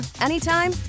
anytime